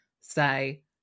say